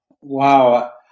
Wow